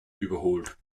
überholt